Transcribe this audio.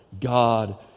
God